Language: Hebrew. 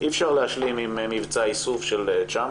אי אפשר להשלים עם מבצע איסוף של 900